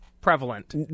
prevalent